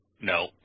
No